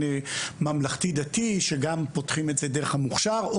ממלכתי דתי שגם פותחים את זה דרך המוכשר,